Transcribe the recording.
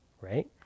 right